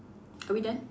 are we done